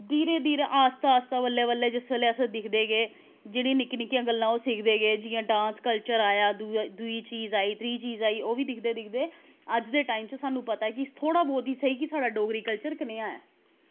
धीरे धीरे आस्ता आस्ता बल्लें बल्लें जिस बेल्लै अस दिखदे गे जेह्ड़ी निक्की निक्की गल्लां ओह् सिखदे गे जि'यां डांस कल्चर आया दूई चीज आई त्रीऽ चीज आई ओह् बी दिखदे दिखदे अज्ज दे टाइम च सानूं पता कि थोह्ड़ा मता ई स्हेई साढ़ा डोगरी कल्चर कनेहा ऐ